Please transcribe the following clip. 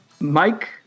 Mike